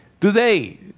Today